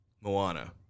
Moana